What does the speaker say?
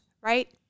right